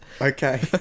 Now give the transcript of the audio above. Okay